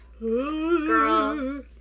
Girl